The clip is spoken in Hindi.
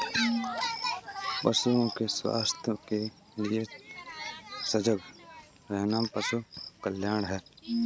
पशुओं के स्वास्थ्य के लिए सजग रहना पशु कल्याण है